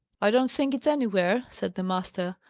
i don't think it's anywhere, said the master.